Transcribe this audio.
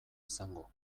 izango